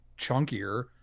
chunkier